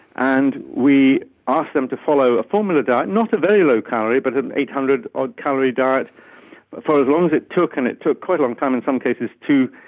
and we ask them to follow a formula diet, not a very low calorie but and eight hundred odd calorie diet but for as long as it took, and it took quite a long time in some cases, to